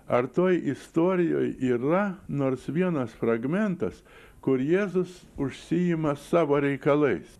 ar toj istorijoj yra nors vienas fragmentas kur jėzus užsiima savo reikalais